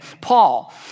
Paul